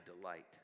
delight